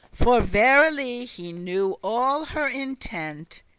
for verily he knew all her intent,